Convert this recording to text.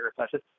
recession